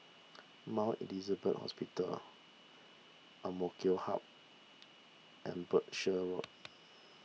Mount Elizabeth Hospital Amk Hub and Berkshire Road